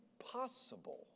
impossible